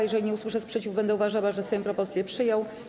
Jeżeli nie usłyszę sprzeciwu, będę uważała, że Sejm propozycję przyjął.